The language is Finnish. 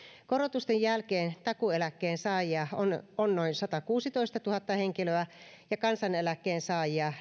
korotusten jälkeen takuueläkkeen saajia on noin satakuusitoistatuhatta henkilöä ja kansaneläkkeen saajia